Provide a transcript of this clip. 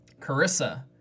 Carissa